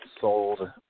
sold